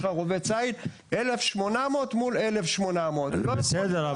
1,800 מול 1,800. בסדר,